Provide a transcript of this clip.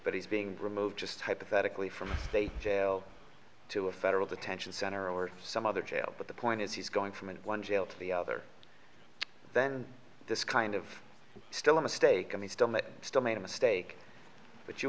but he's being removed just hypothetically from the jail to a federal detention center or some other jail but the point is he's going from one jail to the other then this kind of still a mistake and he still may still made a mistake but you